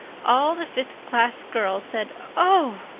all the fifth-class girls said, oh!